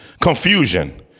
Confusion